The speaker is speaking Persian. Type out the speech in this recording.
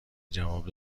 جواب